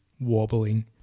wobbling